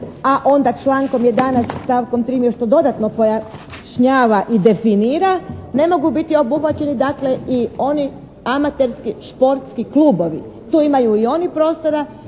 a onda člankom 11. stavkom 3. još to dodatno pojašnjava i definira ne mogu biti obuhvaćeni dakle i oni amaterski športski klubovi. Tu imaju i oni prostora